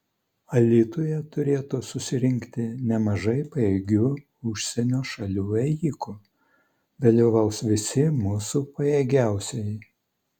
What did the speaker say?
alytuje turėtų susirinkti nemažai pajėgių užsienio šalių ėjikų dalyvaus visi mūsų pajėgiausieji